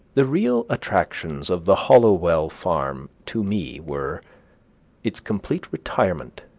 the real attractions of the hollowell farm, to me, were its complete retirement,